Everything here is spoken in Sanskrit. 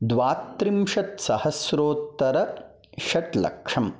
द्वात्रिंशत्सहस्रोत्तरषट्लक्षम्